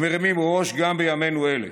ומרימים ראש גם בימינו אלה.